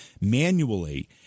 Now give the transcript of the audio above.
manually